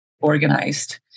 organized